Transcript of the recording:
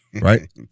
Right